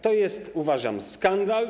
To jest, uważam, skandal.